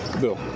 Bill